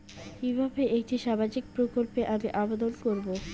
কিভাবে একটি সামাজিক প্রকল্পে আমি আবেদন করব?